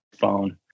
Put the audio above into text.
phone